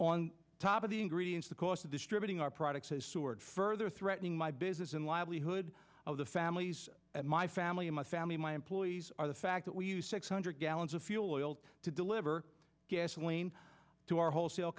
on top of the ingredients the cost of distributing our products has soared further threatening my business and livelihood of the families my family my family my employees are the fact that we use six hundred gallons of fuel oil to deliver gasoline to our wholesale